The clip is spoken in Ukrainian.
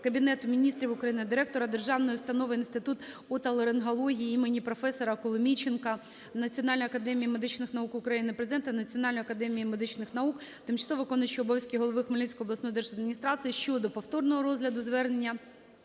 Кабінету Міністрів України, директора Державної установи "Інститут отоларингології імені професора О.С. Коломійченка Національної академії медичних наук України", Президента Національної академії медичних наук, тимчасово виконуючого обов'язки голови Хмельницької обласної держадміністрації щодо повторного розгляду звернення